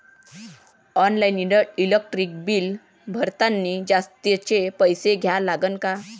Online electric bill भरतानी जास्तचे पैसे द्या लागते का?